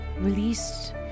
released